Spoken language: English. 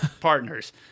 partners